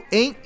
em